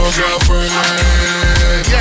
girlfriend